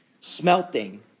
Smelting